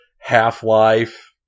Half-Life